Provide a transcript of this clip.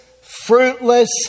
fruitless